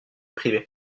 privés